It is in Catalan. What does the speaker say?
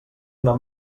una